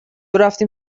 رفتیم